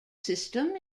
system